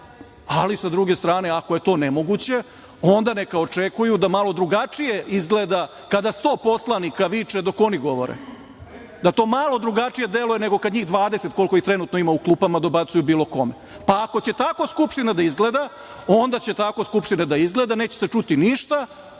važe. Sa druge strane, ako je to nemoguće, onda neka očekuju da malo drugačije izgleda kada sto poslanika viče dok oni govore, da to malo drugačije deluje nego kad njih 20, koliko ih trenutno ima u klupama, dobacuju bilo kome. Ako će tako Skupština da izgleda, onda će tako Skupština da izgleda, neće se čuti ništa,